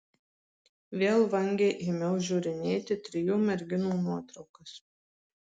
vėl vangiai ėmiau žiūrinėti trijų merginų nuotraukas